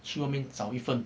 去外面找一份